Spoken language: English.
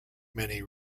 many